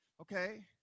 okay